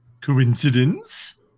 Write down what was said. Coincidence